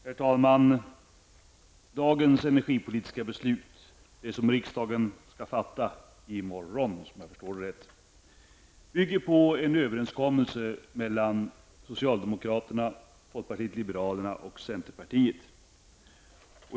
Herr talman! Det energipolitiska beslut som riksdagen skall fatta i morgon bygger på en överenskommelse mellan socialdemokraterna, folkpartiet liberalerna och centerpartiet.